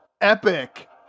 epic